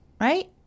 right